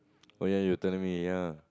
oh ya you were telling me ya